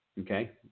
Okay